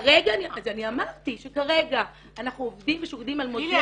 כרגע אנחנו עובדים ושוקדים על מודל -- ליליאן,